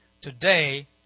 Today